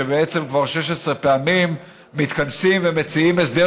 שבעצם כבר 16 פעמים מתכנסים ומציעים הסדר